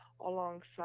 alongside